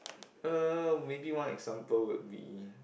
uh maybe one example would be